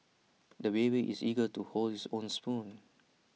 the baby is eager to hold his own spoon